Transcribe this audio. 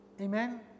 Amen